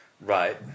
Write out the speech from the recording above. Right